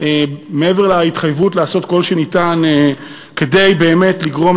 מעבר להתחייבות לעשות כל שניתן כדי באמת לגרום